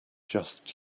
just